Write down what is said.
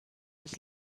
his